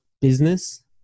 business